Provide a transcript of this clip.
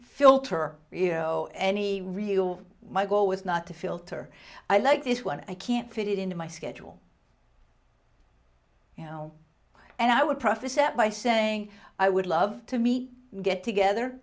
filter you know any real my goal was not to filter i like this one i can't fit it into my schedule you know and i would prophecy that by saying i would love to meet get together